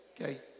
okay